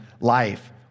life